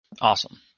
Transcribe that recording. Awesome